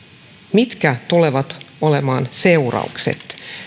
mitkä tulevat olemaan seuraukset